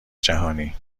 جهانی